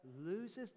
loses